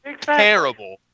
terrible